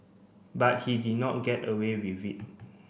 but he did not get away with it